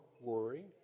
worry